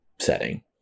setting